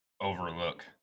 overlook